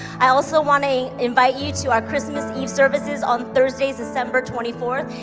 i also wanna invite you to our christmas eve services on thursdays, december twenty fourth.